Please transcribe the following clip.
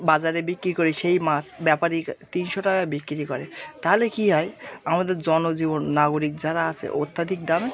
বাজারে বিক্রি করি সেই মাছ ব্যাপারী ক্ তিনশো টাকায় বিক্রি করে তাহলে কী হয় আমাদের জনজীবন নাগরিক যারা আছে অত্যধিক দামে